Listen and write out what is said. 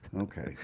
Okay